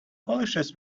polishes